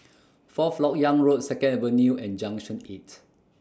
Fourth Lok Yang Road Second Avenue and Junction eight